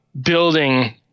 building